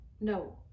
no